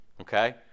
Okay